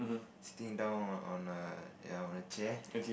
sitting down on a ya on a chair